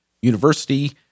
university